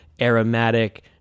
aromatic